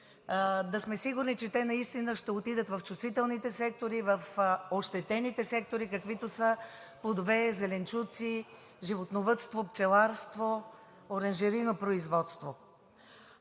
да сме сигурни, че те наистина ще отидат в чувствителните сектори, в ощетените сектори, каквито са плодове, зеленчуци, животновъдство, пчеларство, оранжерийно производство.